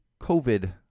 COVID